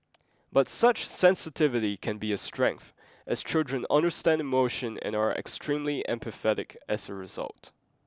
but such sensitivity can be a strength as children understand emotion and are extremely empathetic as a result